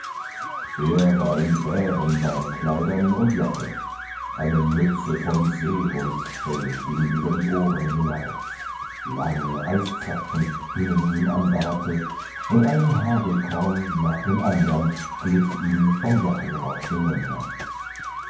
er war in bärenbeinkleidern und jacke eine mütze von seehundsfell ging über die ohren hinab lange eiszapfen hingen ihm am barte und ein hagelkorn nach dem andern glitt ihm vom jackenrock hinunter